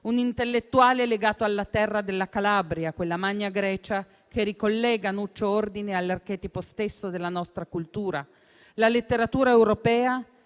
Un intellettuale legato alla terra della Calabria, quella Magna Grecia che ricollega Nuccio Ordine all'archetipo stesso della nostra cultura, la letteratura europea